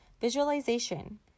Visualization